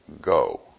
go